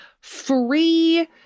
free